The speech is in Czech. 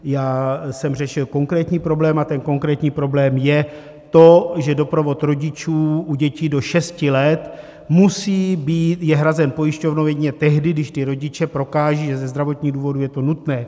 Já jsem řešil konkrétní problém a ten konkrétní problém je to, že doprovod rodičů u dětí do šesti let je hrazen pojišťovnou jedině tehdy, když rodiče prokážou, že ze zdravotních důvodů je to nutné.